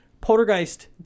poltergeist